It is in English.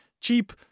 cheap